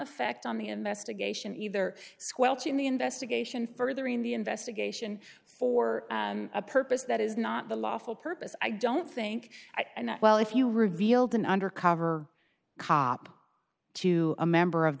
effect on the investigation either squelching the investigation further in the investigation for a purpose that is not the lawful purpose i don't think i know well if you revealed an undercover cop to a member of